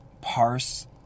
parse